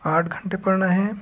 आठ घंटे पढना है